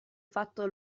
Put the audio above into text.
fatto